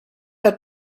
had